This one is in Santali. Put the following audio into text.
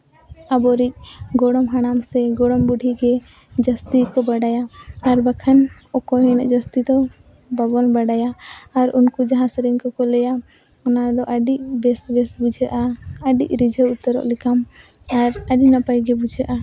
ᱟᱵᱚ ᱨᱮᱱ ᱜᱚᱲᱚᱢ ᱦᱟᱲᱟᱢ ᱥᱮ ᱜᱚᱲᱚᱢ ᱵᱩᱰᱷᱤ ᱜᱮ ᱡᱟᱹᱥᱛᱤ ᱠᱚ ᱵᱟᱰᱟᱭᱟ ᱟᱨ ᱵᱟᱠᱷᱟᱱ ᱚᱠᱚᱭ ᱦᱚᱸ ᱩᱱᱟᱹᱜ ᱡᱟᱹᱥᱛᱤ ᱫᱚ ᱵᱟᱵᱚᱱ ᱵᱟᱰᱟᱭᱟ ᱟᱨ ᱩᱱᱠᱩ ᱡᱟᱦᱟᱸ ᱥᱮᱨᱮᱧ ᱠᱚᱠᱚ ᱞᱟᱹᱭᱟ ᱚᱱᱟ ᱨᱮᱫᱚ ᱟᱹᱰᱤ ᱵᱮᱥ ᱵᱮᱥ ᱵᱩᱡᱷᱟᱹᱜᱼᱟ ᱟᱹᱰᱤ ᱨᱤᱡᱷᱟᱹᱣ ᱩᱛᱟᱹᱨᱚᱜ ᱞᱮᱠᱟᱢ ᱟᱨ ᱟᱹᱰᱤ ᱱᱟᱯᱟᱭ ᱜᱮ ᱵᱩᱡᱷᱟᱹᱜᱼᱟ